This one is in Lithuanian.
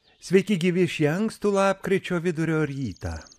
sveiki gyvi šį ankstų lapkričio vidurio rytą